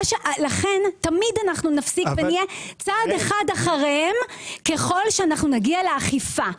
לכן תמיד אנחנו נפסיד ונהיה צעד אחד אחריהם ככל שאנחנו נגיע לאכיפה.